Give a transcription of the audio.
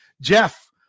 Jeff